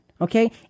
okay